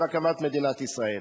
של הקמת מדינת ישראל.